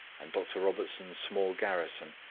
and dr. robertson's small garrison,